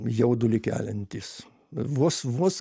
jaudulį keliantys vos vos